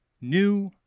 new